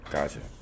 Gotcha